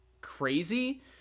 crazy